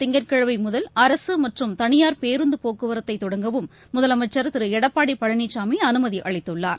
திங்கட்கிழமைமுதல் அரசுமற்றும் தனியார் பேருந்துபோக்குவரத்தைதொடங்கவும் முதலமைச்சர் திருஎடப்பாடிபழனிசாமிஅனுமதிஅளித்துள்ளார்